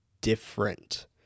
different